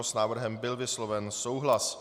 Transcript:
S návrhem byl vysloven souhlas.